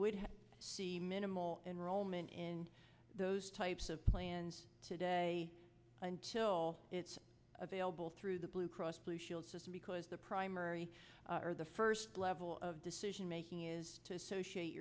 would have minimal enrollment in those types of plans today until it's available through the blue cross blue shield because the primary or the first level of decision making is to associate